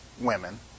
women